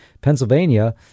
Pennsylvania